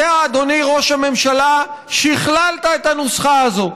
אתה, אדוני ראש הממשלה, שִכללת את הנוסחה הזאת: